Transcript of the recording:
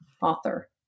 Author